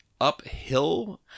uphill